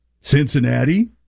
Cincinnati